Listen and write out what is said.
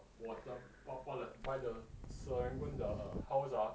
我的爸爸 buy the serangoon 的 house ah